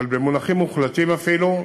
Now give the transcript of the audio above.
אז במונחים מוחלטים אפילו.